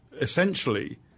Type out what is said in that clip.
essentially